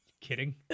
kidding